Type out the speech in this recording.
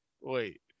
Wait